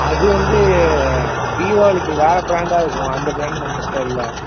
அது வந்து தீவாளிக்கு வேறு பிராண்டாயிருக்கும் அந்த பிராண்ட்டு நம்மள்கிட்ட இல்லை